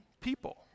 people